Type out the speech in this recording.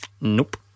Nope